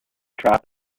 trap